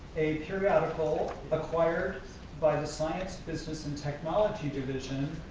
a periodical acquired by the science, business, and technology division,